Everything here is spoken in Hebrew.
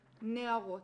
נערות,